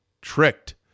tricked